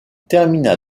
termina